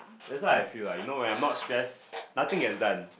that's what I feel lah you know when I'm not stressed nothing gets done